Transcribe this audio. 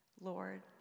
Lord